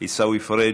עיסאווי פריג',